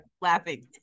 laughing